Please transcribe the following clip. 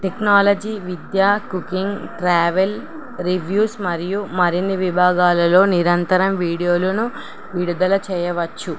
technology విద్యా cooking travel reviews మరియు మరిన్ని విభాగాలలో నిరంతరం వీడియోలను విడుదల చేయవచ్చు